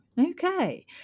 okay